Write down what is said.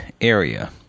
area